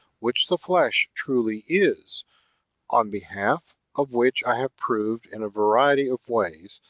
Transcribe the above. which the flesh truly is on behalf of which i have proved, in a variety of ways,